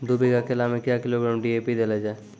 दू बीघा केला मैं क्या किलोग्राम डी.ए.पी देले जाय?